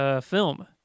film